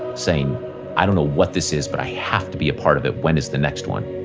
saying i don't know what this is, but i have to be a part of it, when is the next one?